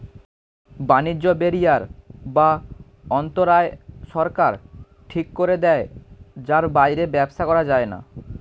বাণিজ্য ব্যারিয়ার বা অন্তরায় সরকার ঠিক করে দেয় যার বাইরে ব্যবসা করা যায়না